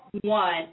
one